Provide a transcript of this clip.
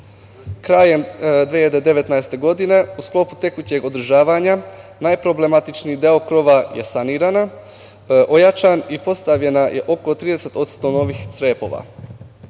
Krajem 2019. godine u sklopu tekućeg održavanja najproblematičniji deo krova je saniran, ojačan i postavljeno je oko 30% novih crepova. Loše